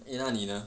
eh 那你呢